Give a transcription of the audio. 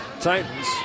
Titans